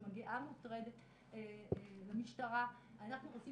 כשמגיעה מוטרדת למשטרה אנחנו רוצים